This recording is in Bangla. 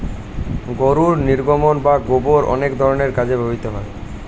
গরুর নির্গমন বা গোবর অনেক ধরনের কাজে ব্যবহৃত হয়